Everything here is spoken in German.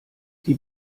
die